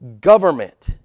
government